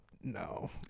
no